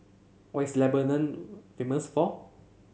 what is Lebanon famous for